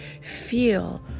feel